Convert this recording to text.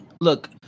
look –